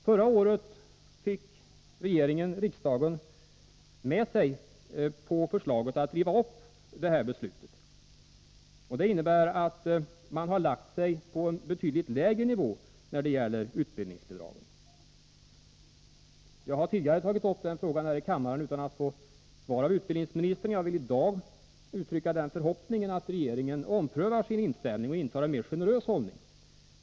Förra året fick regeringen riksdagen med sig på förslaget att riva upp detta beslut. Det innebär att utbildningsbidragen nu ligger på en betydligt lägre nivå. Jag har tidigare tagit upp denna fråga här i kammaren utan att få något svar av utbildningsministern. Jag vill i dag uttrycka den förhoppningen att regeringen omprövar sin inställning och intar en mer generös hållning.